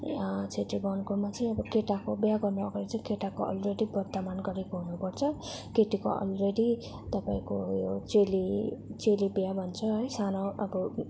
छेत्री बाहुनकोमा चाहिँ अब केटाको बिहा गर्नु अगाडि चाहिँ केटाको अलरेडी वर्तमान गरेको हुनुपर्छ केटीको अलरेडी तपाईँको उयो चेली चेली बिहा भन्छ है सानो तपाईँ